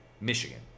Michigan